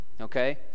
okay